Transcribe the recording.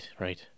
right